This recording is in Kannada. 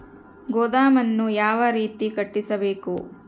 ಗೋದಾಮನ್ನು ಯಾವ ರೇತಿ ಕಟ್ಟಿಸಬೇಕು?